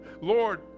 Lord